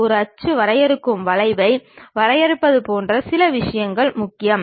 இதை நாம் வரைபட தாளில் வரையும் பொழுது இது சற்று சாய்ந்து இருக்கும்